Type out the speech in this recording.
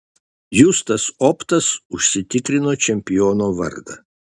justas optas užsitikrino čempiono vardą